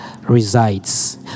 Resides